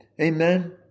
Amen